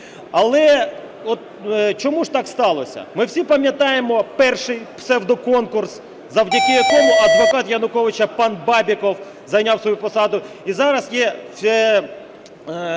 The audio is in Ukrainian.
Але чому ж так сталося? Ми всі пам'ятаємо перший псевдоконкурс, завдяки якому адвокат Януковича пан Бабіков зайняв свою посаду. І зараз ми